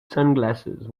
sunglasses